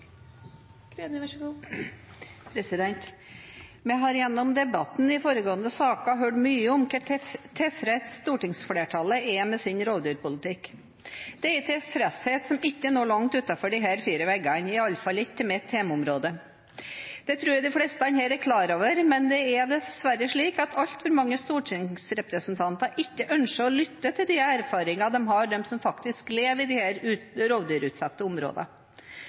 Vi har gjennom debattene i foregående saker hørt mye om hvor tilfreds stortingsflertallet er med sin rovdyrpolitikk. Det er en tilfredshet som ikke når langt utenfor disse fire veggene – i alle fall ikke mitt hjemmeområde. Det tror jeg de fleste her er klar over, men det er dessverre slik at altfor mange stortingsrepresentanter ikke ønsker å lytte til de erfaringene de har, de som faktisk lever i